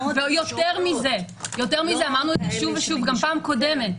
יותר מזה, אמרנו את זה שוב ושוב גם בפעם הקודמת,